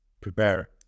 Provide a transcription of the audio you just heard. prepare